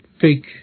fake